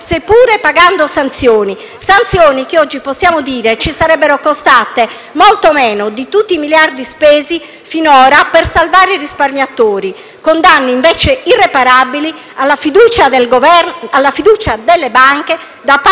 seppure pagando sanzioni che oggi - possiamo dire - ci sarebbero costate molto meno di tutti i miliardi spesi finora per salvare i risparmiatori, con danni invece irreparabili alla fiducia nelle banche da parte dei